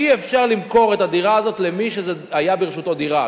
אי-אפשר למכור את הדירה הזאת למי שהיתה ברשותו דירה.